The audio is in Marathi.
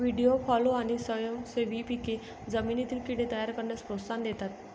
व्हीडी फॉलो आणि स्वयंसेवी पिके जमिनीतील कीड़े तयार करण्यास प्रोत्साहन देतात